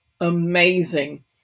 amazing